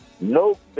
Nope